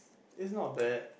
it's not bad